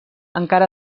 encara